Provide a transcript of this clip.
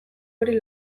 hori